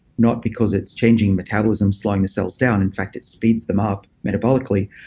not because it's changing metabolism slowing the cells down. in fact, it speeds them up metabolically.